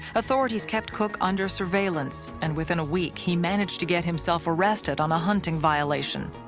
authorities kept cook under surveillance and within a week, he managed to get himself arrested on a hunting violation.